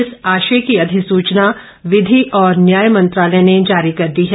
इस आशय की अधिसुचना विधि और न्याय मंत्रालय ने जारी कर दी है